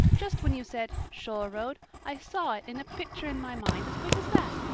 just when you said shore road i saw it in a picture in my mind, as quick as that!